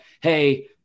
hey –